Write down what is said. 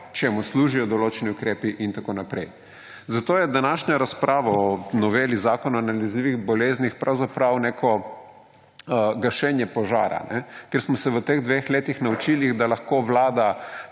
čemu služijo določeni ukrepi in tako naprej. Zato je današnja razprava o noveli zakona o nalezljivih boleznih neko gašenje požara, ker smo se v teh dveh letih naučili, da lahko vlada